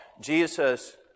Jesus